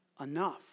Enough